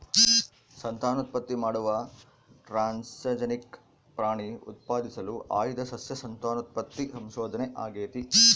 ಸಂತಾನೋತ್ಪತ್ತಿ ಮಾಡುವ ಟ್ರಾನ್ಸ್ಜೆನಿಕ್ ಪ್ರಾಣಿ ಉತ್ಪಾದಿಸಲು ಆಯ್ದ ಸಸ್ಯ ಸಂತಾನೋತ್ಪತ್ತಿ ಸಂಶೋಧನೆ ಆಗೇತಿ